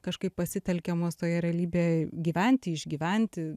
kažkaip pasitelkiamos toje realybėje gyventi išgyventi